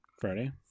Friday